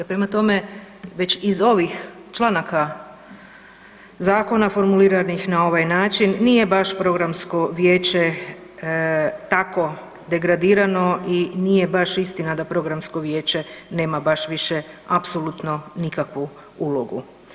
Prema tome, već iz ovih članaka zakona formuliranih na ovaj način nije baš programsko vijeće tako degradirano i nije baš istina da programsko vijeće nema baš više apsolutno nikakvu ulogu.